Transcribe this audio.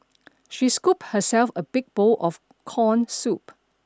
she scooped herself a big bowl of corn soup